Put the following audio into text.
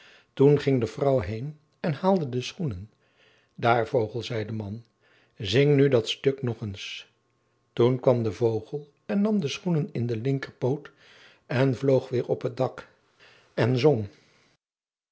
toen ging de vrouw heen en haalde de schoenen daar vogel zei de man zing nu dat stuk nog eens toen kwam de vogel en nam de schoenen in den linkerpoot en vloog weer op het dak en zong